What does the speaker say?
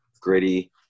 gritty